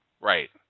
right